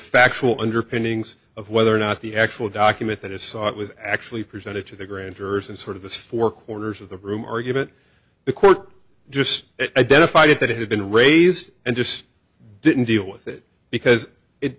factual underpinnings of whether or not the actual document that is sought was actually presented to the grand jurors and sort of the four corners of the room argument the court just identified that it had been raised and just didn't deal with it because it